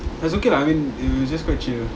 it's okay lah I mean it was just quite chill